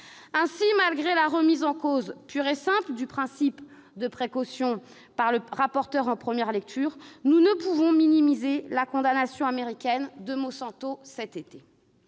? Malgré la remise en cause pure et simple du principe de précaution par le rapporteur en première lecture, nous ne pouvons minimiser la condamnation de Monsanto par la